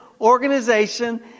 organization